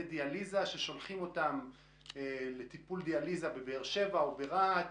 דיאליזה שנשלחים לטיפול דיאליזה בבאר שבע או ברהט,